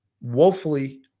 woefully